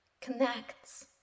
connects